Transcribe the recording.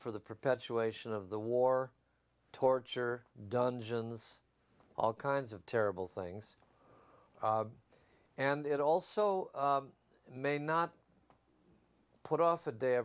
for the perpetuation of the war torture dungeons all kinds of terrible things and it also may not put off a day